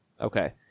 Okay